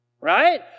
Right